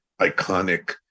iconic